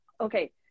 okay